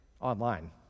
online